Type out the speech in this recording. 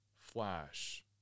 flash